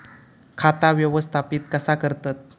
खाता व्यवस्थापित कसा करतत?